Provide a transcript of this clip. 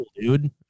Dude